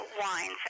wines